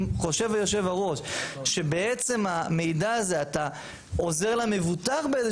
אם חושב יושב הראש שבעצם המידע הזה אתה עוזר למבוטח באיזה